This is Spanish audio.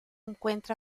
encuentra